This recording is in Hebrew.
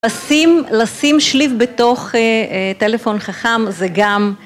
לשים שליף בתוך טלפון חכם זה גם